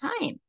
time